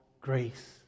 grace